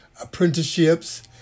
apprenticeships